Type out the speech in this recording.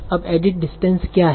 अब edit distance क्या है